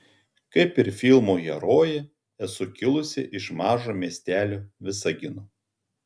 kaip ir filmo herojė esu kilusi iš mažo miestelio visagino